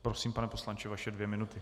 Prosím, pane poslanče, vaše dvě minuty.